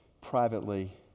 privately